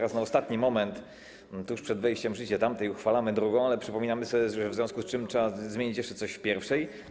I na ostatni moment, tuż przed wejściem w życie tamtej, uchwalamy drugą, ale przypominamy sobie, że w związku z tym trzeba zmienić jeszcze coś w pierwszej.